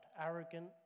arrogant